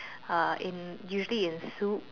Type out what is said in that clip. uh in usually in soup